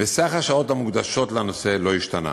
וסך השעות המוקדשות לנושא לא השתנה.